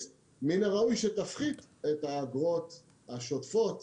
מן הראוי שתפחית את האגרות השוטפות,